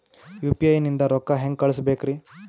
UPI ನಿಂದ ರೊಕ್ಕ ಹೆಂಗ ಕಳಸಬೇಕ್ರಿ?